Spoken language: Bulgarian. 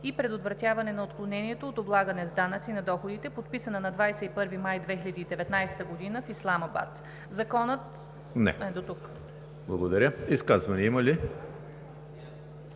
и предотвратяване на отклонението от облагане с данъци на доходите, подписана на 21 май 2019 г. в Исламабад.“ ПРЕДСЕДАТЕЛ ЕМИЛ ХРИСТОВ: Изказвания има ли?